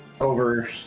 over